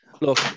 look